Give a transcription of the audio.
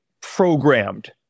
programmed